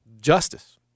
justice